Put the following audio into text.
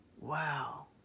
Wow